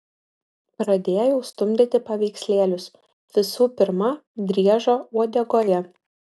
pradėjau stumdyti paveikslėlius visų pirma driežo uodegoje